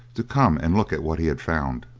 to come and look at what he had found.